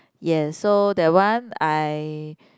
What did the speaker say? yes so that one I